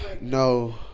No